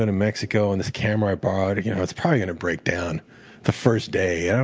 and mexico, and this camera i borrowed, and you know it's probably going to break down the first day.